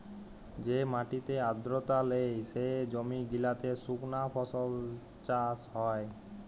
যে মাটিতে আদ্রতা লেই, সে জমি গিলাতে সুকনা ফসল চাষ হ্যয়